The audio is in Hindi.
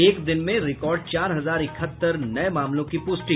एक दिन में रिकॉर्ड चार हजार इकहत्तर नये मामलों की पुष्टि